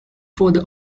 for